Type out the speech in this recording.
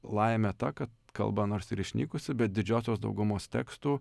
laimė ta kad kalba nors ir išnykusi bet didžiosios daugumos tekstų